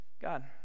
God